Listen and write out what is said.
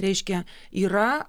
reiškia yra